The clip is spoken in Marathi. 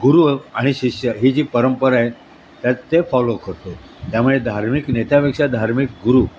गुरु आणि शिष्य ही जी परंपरा आहे त्यात ते फॉलो करतो त्यामुळे धार्मिक नेत्यापेक्षा धार्मिक गुरू